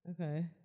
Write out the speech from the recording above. Okay